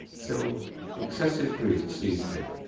till excessive grief seized him,